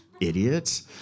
idiots